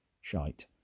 shite